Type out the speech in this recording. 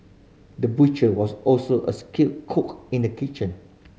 the butcher was also a skilled cook in the kitchen